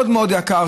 זה מאוד מאוד יקר,